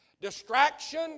distraction